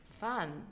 fun